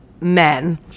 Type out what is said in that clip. men